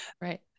right